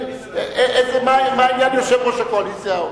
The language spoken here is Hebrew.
מה עניין יושב-ראש הקואליציה?